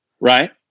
right